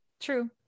True